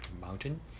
mountain